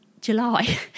July